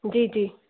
जी जी